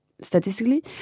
statistically